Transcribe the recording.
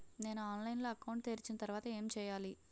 నేను ఆన్లైన్ లో అకౌంట్ తెరిచిన తర్వాత ఏం చేయాలి?